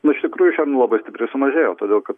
nu iš tikrųjų šernų labai stipriai sumažėjo todėl kad